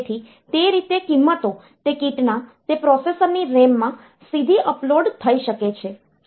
તેથી તે રીતે કિંમતો તે કીટના તે પ્રોસેસરની RAM માં સીધી અપલોડ થઈ શકે છે